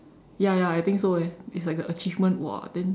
ya ya I think so eh it's like the achievement !wah! then